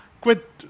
quit